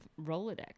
Rolodex